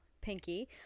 Pinky